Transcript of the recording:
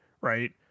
right